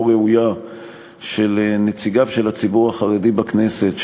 ראויה של נציגיו של הציבור החרדי בכנסת,